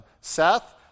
Seth